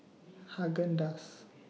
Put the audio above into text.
Haagen Dazs